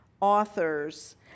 authors